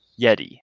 Yeti